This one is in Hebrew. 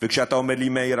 וכשאתה אומר לי: מאיר,